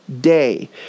day